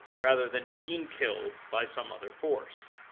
rather than being killed by some other force.